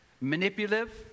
manipulative